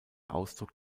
ausdruck